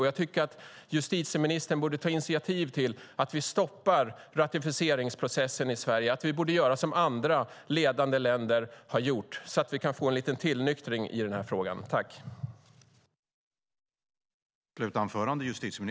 Jag tycker att justitieministern borde ta initiativ till att vi stoppar ratificeringsprocessen i Sverige. Vi borde göra som andra ledande länder har gjort, så att vi får en tillnyktring i frågan.